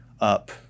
up